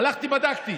הלכתי, בדקתי.